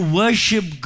worship